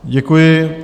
Děkuji.